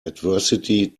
adversity